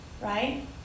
Right